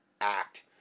act